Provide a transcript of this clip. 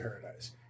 paradise